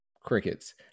Crickets